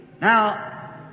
Now